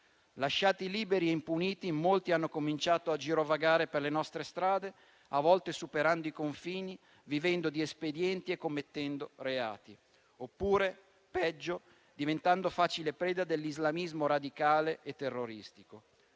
Lasciati liberi e impuniti, molti hanno cominciato a girovagare per le nostre strade, a volte superando i confini, vivendo di espedienti e commettendo reati; oppure, peggio, diventando facile preda dell'islamismo radicale e terroristico.